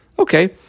Okay